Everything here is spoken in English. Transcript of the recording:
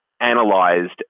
analyzed